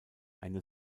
eine